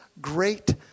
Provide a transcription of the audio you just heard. great